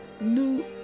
new